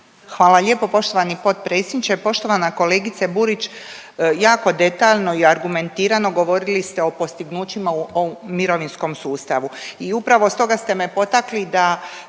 Hvala lijepa poštovani potpredsjedniče. Poštovana kolegice Burić, jako detaljno i argumentirano govorili ste o postignućima u mirovinskom sustavu i upravo stoga ste me potakli da